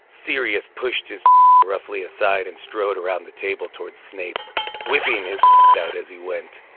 serious pushed his roughly aside and strode around the table towards snake whipping his boat as he went,